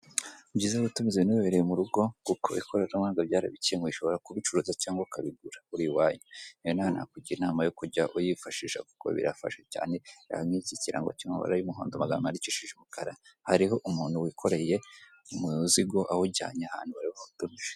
Ni byiza gutumiza ibintu wibereye mu rugo, kuko ikoranabuhanga ryarabikemuye. Ushobora kubicuruza cyangwa ukabigura uri i wanyu; nawe nakugira inama yo kujya uyifashisha kuko birafasha cyane, reba nk'iki kirango kiri mu mabara y'umuhondo amagambo yandikishije umukara, hariho umuntu wikoreye umuzigo awujyanye ahantu bari bawutumije.